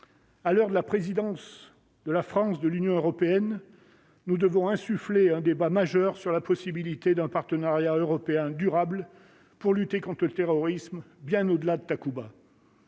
à l'heure de la présidence de la France de l'Union européenne, nous devons insuffler un débat majeur sur la possibilité d'un partenariat européen durable pour lutter contre le terrorisme, bien au delà de Takuba.